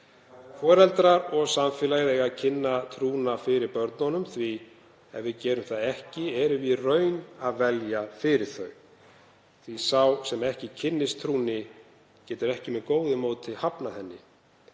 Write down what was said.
viðhorfa. Foreldrar og samfélagið eiga að kynna trúna fyrir börnunum því ef við gerum það ekki, erum við í raun að velja fyrir þau. Því sá sem ekki kynnist trúnni getur ekki með góðu móti hafnað henni.